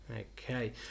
Okay